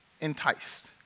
enticed